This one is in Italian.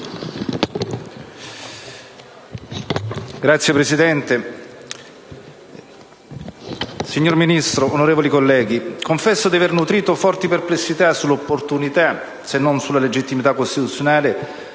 Signor Presidente, signor Ministro, onorevoli colleghi, confesso di aver nutrito forti perplessità sull'opportunità, se non sulla legittimità costituzionale,